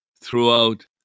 throughout